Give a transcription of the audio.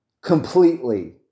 completely